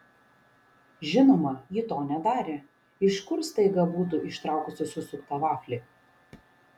žinoma ji to nedarė iš kur staiga būtų ištraukusi susuktą vaflį